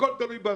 הכל תלוי בהסעות.